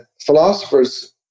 philosophers